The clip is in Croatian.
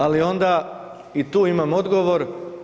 Ali onda i tu imam odgovor.